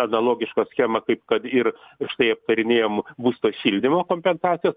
analogišką schemą kaip kad ir štai aptarinėjom būsto šildymo kompensacijas